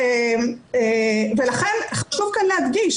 לכן חשוב להדגיש,